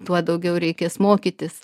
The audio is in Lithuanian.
tuo daugiau reikės mokytis